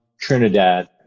Trinidad